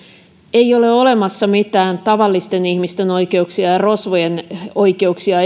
ei ole olemassa erikseen mitään tavallisten ihmisten oikeuksia ja rosvojen oikeuksia